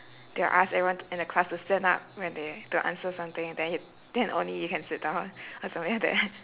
they'll ask everyone in the class to stand up when they to answer something then you then only you can sit down or something like that